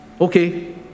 Okay